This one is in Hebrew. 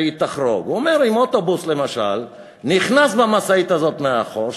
הוא אומר: אם אוטובוס למשל נכנס במשאית הזאת מאחור,